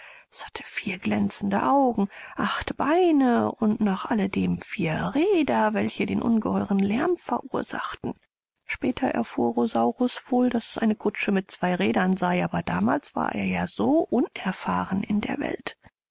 es hatte vier glänzende augen acht beine und noch außerdem vier räder welche den ungeheuren lärm verursachten später erfuhr rosaurus wohl daß es eine kutsche mit zwei rädern sei aber damals war er ja gar zu unerfahren in der welt